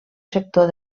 sector